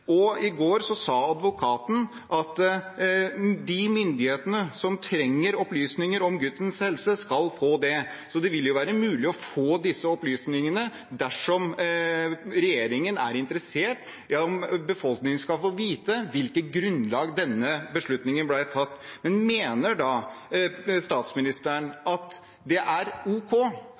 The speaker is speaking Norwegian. går sa advokaten at de myndighetene som trenger opplysninger om guttens helse, skal få det. Så det vil jo være mulig å få disse opplysningene dersom regjeringen er interessert i at befolkningen skal få vite på hvilket grunnlag denne beslutningen ble tatt. Mener statsministeren at det er ok